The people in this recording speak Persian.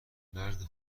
مرد